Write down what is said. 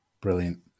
Brilliant